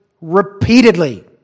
repeatedly